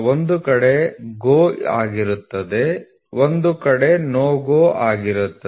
ಒಂದು ಕಡೆ GO ಆಗಿರುತ್ತದೆ ಒಂದು ಕಡೆ NO GO ಆಗಿರುತ್ತದೆ